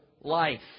life